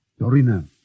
Dorina